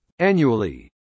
Annually